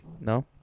No